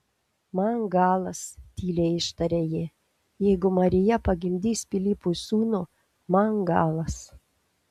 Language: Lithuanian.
man galas tyliai ištarė ji jeigu marija pagimdys pilypui sūnų man galas